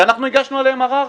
שאנחנו הגשנו עליהם ערר,